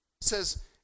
says